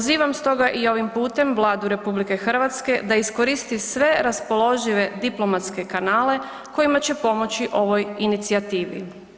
Pozivam stoga i ovim putem Vladu RH da iskoristi sve raspoložive diplomatske kanale kojima će pomoći ovoj inicijativi.